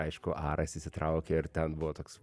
aišku aras įsitraukė ir ten buvo toks